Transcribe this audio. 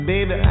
Baby